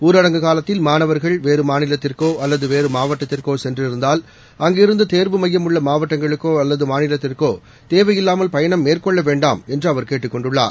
ஊரடங்கு காலத்தில் மாணவர்கள் வேறு மாநிலத்திற்கோ அல்லது வேறு மாவட்டத்திற்கோ சென்றிருந்தால் அங்கிருந்து தேர்வு மையம் உள்ள மாவட்டங்களுக்கோ அல்லது மாநிலத்திற்கோ தேவையில்லாமல் பயணம் மேற்கொள்ள வேண்டாம் என்று அவர் கேட்டுக் கொண்டுள்ளார்